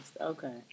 Okay